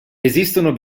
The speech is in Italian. esistono